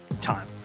time